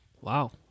Wow